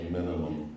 minimum